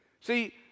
See